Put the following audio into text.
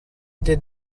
did